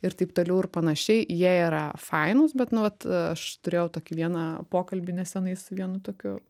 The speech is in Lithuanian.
ir taip toliau ir panašiai jie yra fainūs bet nu vat aš turėjau tokį vieną pokalbį nesenai su vienu tokiu